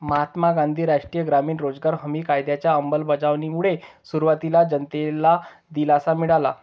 महात्मा गांधी राष्ट्रीय ग्रामीण रोजगार हमी कायद्याच्या अंमलबजावणीमुळे सुरुवातीला जनतेला दिलासा मिळाला